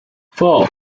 four